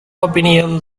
opinion